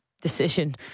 decision